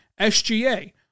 SGA